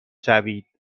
شوید